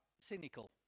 cynical